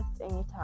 anytime